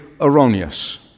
erroneous